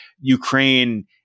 Ukraine